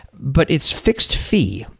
but it's fixed fee.